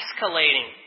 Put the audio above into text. escalating